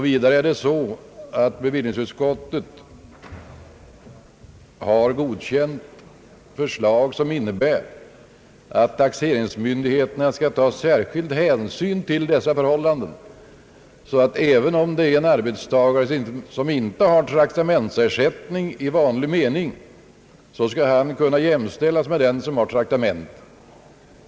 Vidare har bevillningsutskottet godkänt förslag som innebär att taxeringsmyndigheterna skall ta särskild hänsyn till dessa förhållanden. Även om en arbetstagare inte har traktamentsersättning i vanlig mening skall han alltså kunna jämställas med den som har traktamente.